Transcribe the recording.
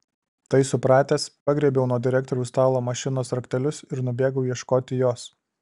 tai supratęs pagriebiau nuo direktoriaus stalo mašinos raktelius ir nubėgau ieškoti jos